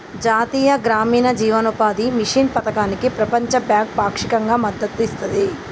జాతీయ గ్రామీణ జీవనోపాధి మిషన్ పథకానికి ప్రపంచ బ్యాంకు పాక్షికంగా మద్దతు ఇస్తది